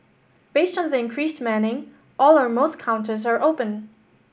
based on the increased manning all or most counters are open